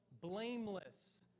blameless